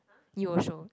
you will show